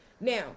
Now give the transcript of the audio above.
now